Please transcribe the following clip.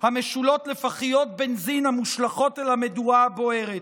המשולות לפחיות בנזין המושלכות אל המדורה הבוערת.